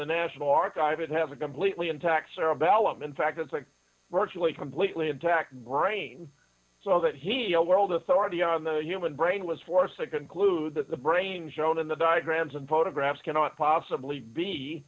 the national archive it has a completely intact cerebellum in fact it's like virtually completely intact brain so that he a world authority on the human brain was forced to conclude that the brain shown in the diagrams and photographs cannot possibly be